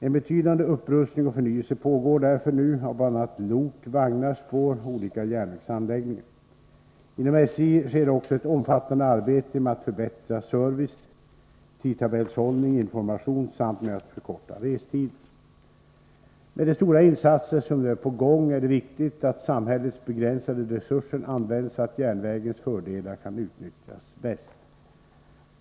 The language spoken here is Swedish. En betydande upprustning och förnyelse pågår därför nu av bl.a. lok, vagnar, spår och olika järnvägsanläggningar. Inom SJ sker också ett omfattande arbete med att förbättra service, tidtabellshållning, information samt med att förkorta restider. Med de stora insatser som nu är på gång är det viktigt att samhällets begränsade resurser används så, att järnvägens fördelar kan utnyttjas bäst.